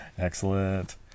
Excellent